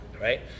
right